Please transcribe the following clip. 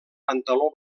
pantaló